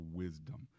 wisdom